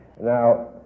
Now